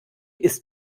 ist